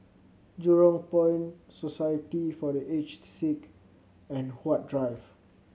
Jurong Point Society for The Aged Sick and Huat Drive